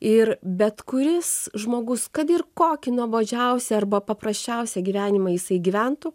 ir bet kuris žmogus kad ir kokį nuobodžiausią arba paprasčiausią gyvenimą jisai gyventų